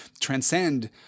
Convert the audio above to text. transcend